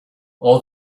all